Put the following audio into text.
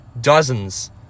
dozens